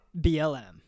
BLM